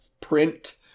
Print